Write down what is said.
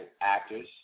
actors